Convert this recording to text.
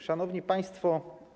Szanowni Państwo!